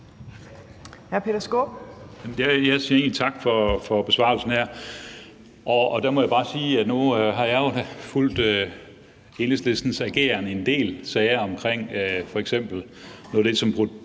Jeg siger egentlig tak for besvarelsen her. Jeg må bare sige, at nu har jeg jo fulgt Enhedslistens ageren i en del sager omkring f.eks. noget af det, som